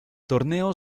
torneo